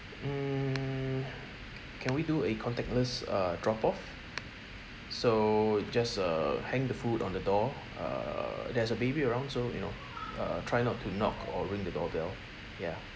mm can we do a contactless uh drop off so just uh hang the food on the door err there's a baby around so you know uh try not to knock or ring the doorbell ya